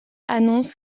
annonce